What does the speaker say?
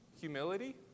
humility